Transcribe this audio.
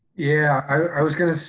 yeah, i was gonna say,